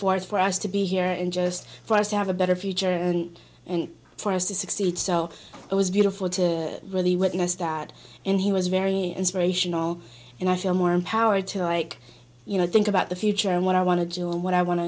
forth for us to be here and just for us to have a better future and for us to succeed so it was beautiful to really witness that and he was very inspirational and i feel more empowered to like you know think about the future and what i want to do and what i want to